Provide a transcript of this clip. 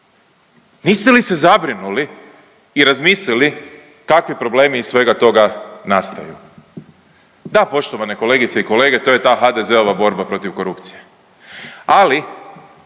Niste li se zabrinuli i razmislili kakvi problemi iz svega toga nastaju? Da, poštovane kolegice i kolege to je ta HDZ-ova borba protiv korupcije. Ali